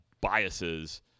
biases